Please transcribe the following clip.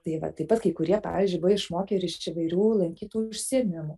tai va taip pat kai kurie pavyzdžiui buvo išmokę ir iš įvairių lankytų užsiėmimų